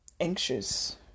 anxious